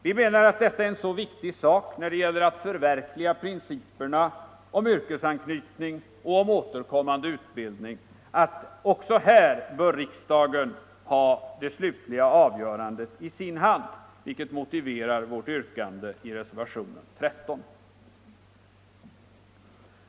Vi menar att detta är en så viktig sak när det gäller att förverkliga principerna om yrkesanknytning och om återkommande utbildning att riksdagen även här bör ha det slutliga avgörandet i sin hand, vilket vi motiverar i reservationen 13.